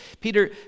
Peter